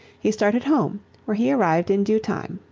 he started home where he arrived in due time.